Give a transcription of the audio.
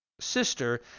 sister